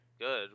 good